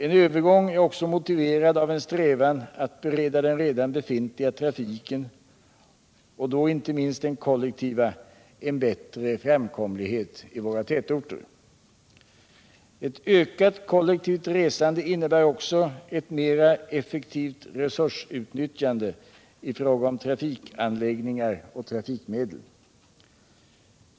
En övergång är också motiverad av en strävan att bereda den redan befintliga trafiken — och då inte minst den kollektiva — en bättre framkomlighet i våra tätorter. Ett ökat kollektivt resande innebär också ett mera effektivt resursutnyttjande i fråga om trafikanläggningar och trafikmedel.